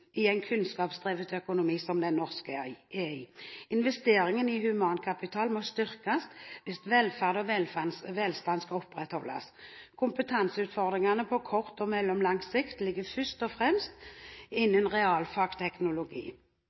i en kunnskapsdrevet økonomi som den norske. Investeringen i humankapital må styrkes hvis velferd og velstand skal opprettholdes. Kompetanseutfordringene på kort og mellomlang sikt ligger først og fremst innen